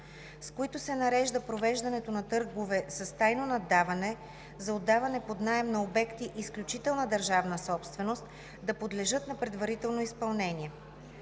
с които се нарежда провеждането на търгове с тайно наддаване за отдаване под наем на обекти – изключителна държавна собственост, да подлежат на предварително изпълнение.